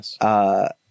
yes